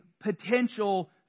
potential